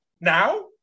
now